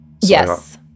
Yes